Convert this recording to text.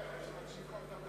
אני אצא גם כן.